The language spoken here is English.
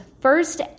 first